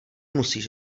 musíš